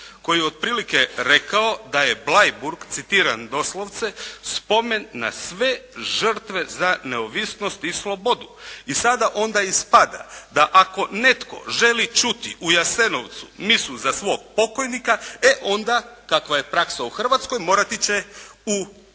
koje je otprilike rekao da je Bleiburg, citiram doslovce, "spomen na sve žrtve za neovisnost i slobodu". I sada onda ispada da ako netko želi čuti u Jasenovcu misu za svog pokojnika e onda kakva je praksa u Hrvatskoj morati će u Bleiburg.